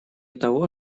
того